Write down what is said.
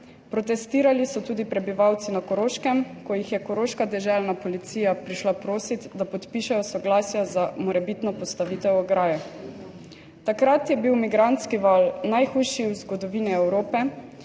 Protestirali so tudi prebivalci na Koroškem, ko jih je koroška deželna policija prišla prosit, da podpišejo soglasje za morebitno postavitev ograje. Takrat je bil migrantski val najhujši v zgodovini Evrope